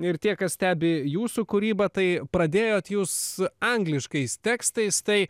ir tie kas stebi jūsų kūrybą tai pradėjot jūs angliškais tekstais tai